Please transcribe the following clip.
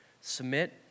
Submit